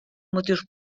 motius